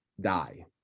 die